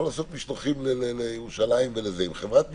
לעשות משלוחים לירושלים עם חברת משלוחים,